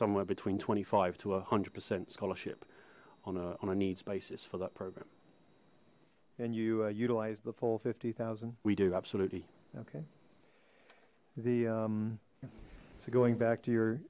somewhere between twenty five to a hundred percent scholarship on a needs basis for that program and you utilize the full fifty thousand we do absolutely okay the so going back to your